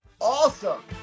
awesome